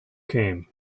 came